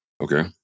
Okay